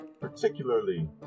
particularly